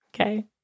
Okay